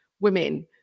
women